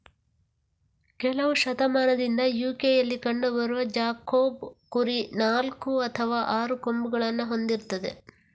ಕೆಲವು ಶತಮಾನದಿಂದ ಯು.ಕೆಯಲ್ಲಿ ಕಂಡು ಬರುವ ಜಾಕೋಬ್ ಕುರಿ ನಾಲ್ಕು ಅಥವಾ ಆರು ಕೊಂಬುಗಳನ್ನ ಹೊಂದಿರ್ತದೆ